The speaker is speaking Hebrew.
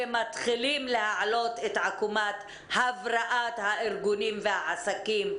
ומתחילים להעלות את עקומת הבראת הארגונים והעסקים,